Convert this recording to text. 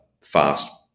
fast